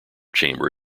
chamber